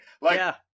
like-